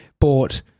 bought